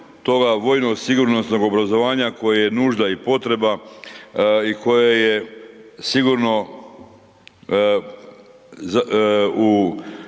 toga vojno-sigurnosnog obrazovanja koje je nužda i potreba i koje je sigurno u